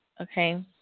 okay